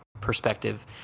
perspective